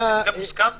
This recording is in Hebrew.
אבל הוא מוגדר כתפילה,